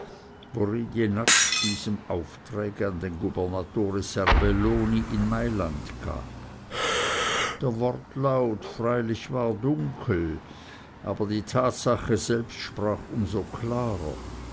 diesem aufträge an den gubernatore serbelloni in malland gab der wortlaut freilich war dunkel aber die tatsache selbst sprach um so klarer